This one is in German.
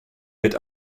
wird